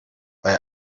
bei